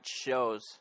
shows